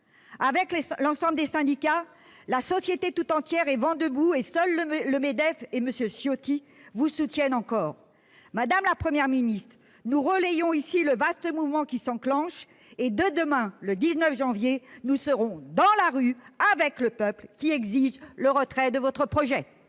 Avec l'ensemble des syndicats, la société tout entière est vent debout contre votre projet. Seuls le Medef et M. Ciotti vous soutiennent encore. Madame la Première ministre, nous relayons ici le vaste mouvement qui s'enclenche. Dès demain, le 19 janvier, nous serons dans la rue, avec le peuple, qui exige le retrait de votre projet